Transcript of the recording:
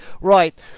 right